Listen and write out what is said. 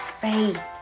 faith